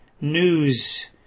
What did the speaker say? news